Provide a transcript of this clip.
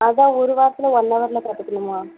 அதுதான் ஒரு வாரத்துல ஒன் ஹவரில் கற்றுக்கணுமா